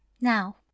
now